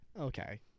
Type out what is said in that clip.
Okay